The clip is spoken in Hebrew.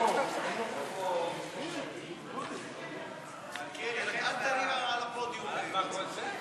ואני אקבל את המלצתך.